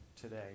today